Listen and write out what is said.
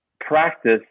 practice